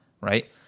right